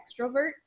extrovert